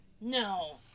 No